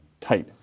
tight